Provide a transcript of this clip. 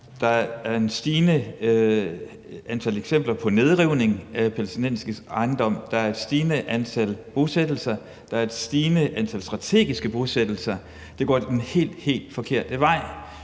der er et stigende antal eksempler på nedrivning af palæstinensiske ejendomme; der er et stigende antal bosættelser; der er et stigende antal strategiske bosættelser. Det går den helt, helt forkerte vej,